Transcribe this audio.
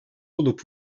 olup